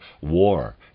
war